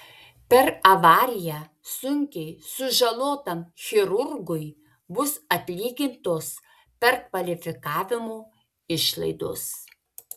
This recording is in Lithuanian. per avariją sunkiai sužalotam chirurgui bus atlygintos perkvalifikavimo išlaidos